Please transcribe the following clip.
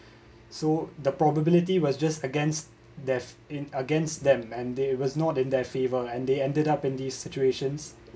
so the probability was just against them in against them and they was not in their favour and they ended up in these situations